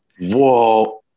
Whoa